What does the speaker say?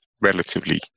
relatively